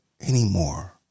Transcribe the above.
anymore